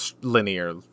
Linear